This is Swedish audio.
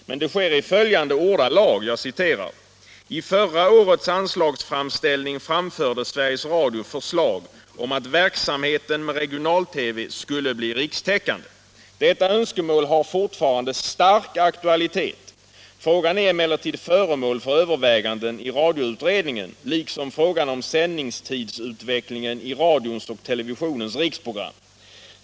Men det sker i följande ordalag: ”I förra årets anslagsframställning framförde Sveriges Radio förslag om att verksamheten med regional-tv skulle bli rikstäckande. Detta önskemål har fortfarande stark aktualitet. Frågan är emellertid föremål för överväganden i radioutredningen liksom frågan om sändningstidsutvecklingen i radions och televisionens riksprogram.